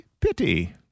Pity